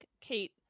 Kate